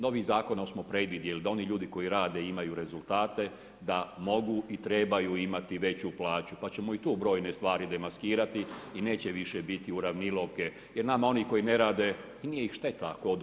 Novim zakonom smo predvidjeli da oni ljudi koji rade imaju rezultate, da mogu i trebaj imati veću plaću, pa ćemo i tu brojne stvari demaskirati i neće više biti uravnilovke jer nama oni koji ne rade i nije ih šteta ako odu.